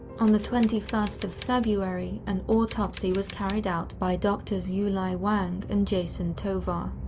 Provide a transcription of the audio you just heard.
on the twenty first february, an autopsy was carried out by doctors yulai wang and jason tovar.